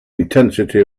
intensity